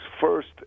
First